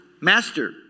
master